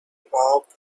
evolved